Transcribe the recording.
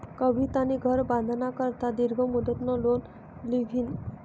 कवितानी घर बांधाना करता दीर्घ मुदतनं लोन ल्हिनं